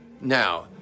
Now